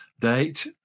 Date